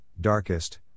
darkest